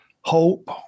hope